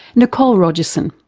nicole rogerson.